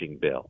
bill